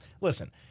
Listen